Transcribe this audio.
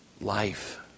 life